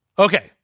okay,